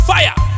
Fire